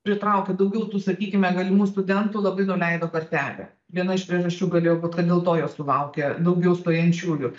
pritraukia daugiau tų sakykime galimų studentų labai nuleido kartelę viena iš priežasčių galėjo būt kad dėl to jos sulaukė daugiau stojančiųjų